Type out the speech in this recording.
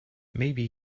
maybe